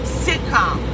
sitcom